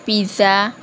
pizza